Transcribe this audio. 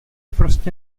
prostě